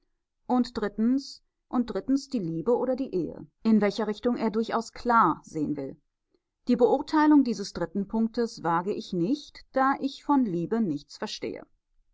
billigen und drittens die liebe oder die ehe in welcher richtung er durchaus klar sehen will die beurteilung dieses dritten punktes wage ich nicht da ich von liebe nichts verstehe